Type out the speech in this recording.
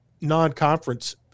non-conference